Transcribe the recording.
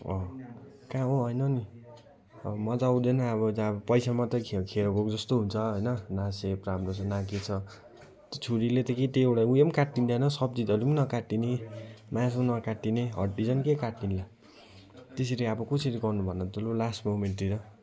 अँ कहाँ हो होइन नि अब मजा आउँदैन अब जाँ पैसा मात्रै खेरो गएको जस्तो हुन्छ होइन न सेप राम्रो छ न के छ त्यो छुरीले त केही त त्यही एउटा उयो पनि काटिँदैन सब्जीधरि पनि नकाटिने मासु नकाटिने हड्डी झन् के काटिएला त्यसरी अब कसरी गर्नु भन्नु त लु लास्ट मुभमेन्टतिर